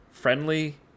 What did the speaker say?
friendly